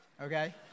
okay